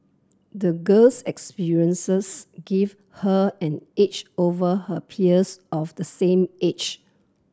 the girl's experiences gave her an edge over her peers of the same age